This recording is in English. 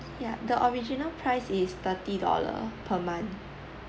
yeah the original price is thirty dollars per month